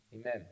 Amen